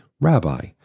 Rabbi